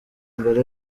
mbere